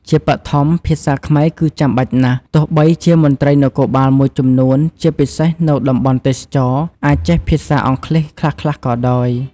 ជាបឋម ភាសាខ្មែរគឺចាំបាច់ណាស់ ទោះបីជាមន្ត្រីនគរបាលមួយចំនួនជាពិសេសនៅតំបន់ទេសចរណ៍អាចចេះភាសាអង់គ្លេសខ្លះៗក៏ដោយ។